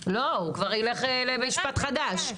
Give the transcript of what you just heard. לא, הוא כבר ילך למשפט חדש.